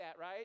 right